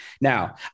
Now